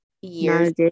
years